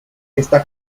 está